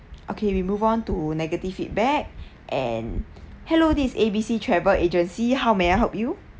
okay we move on to negative feedback and hello this A B C travel agency how may I help you